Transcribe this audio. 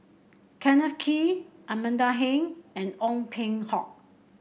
Kenneth Kee Amanda Heng and Ong Peng Hock